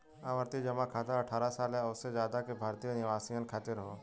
आवर्ती जमा खाता अठ्ठारह साल या ओसे जादा साल के भारतीय निवासियन खातिर हौ